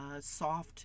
soft